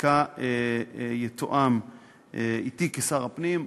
החקיקה יתואם אתי כשר הפנים.